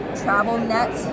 travelnet